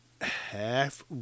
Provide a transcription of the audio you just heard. half